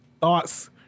thoughts